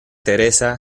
teresa